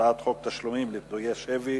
חוק תשלומים לפדויי שבי